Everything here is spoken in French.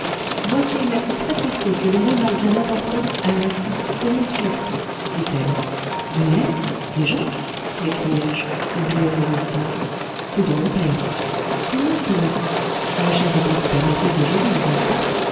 voici une lettre très pressée que le rural vient d'apporter à l'instant pour monsieur dit-elle une lettre déjà m'écriai-je oubliant mon histoire c'est de mon père comment cela mon cher abbé vous permettez que je lise n'est-ce pas